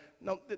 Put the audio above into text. no